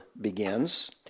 begins